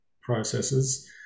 processes